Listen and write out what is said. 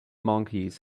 monkeys